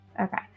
Okay